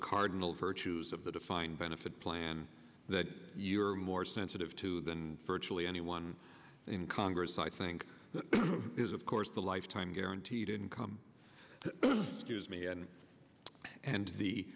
cardinal virtues of the defined benefit plan that you are more sensitive to than virtually anyone in congress i think is of course the lifetime guaranteed income me and and the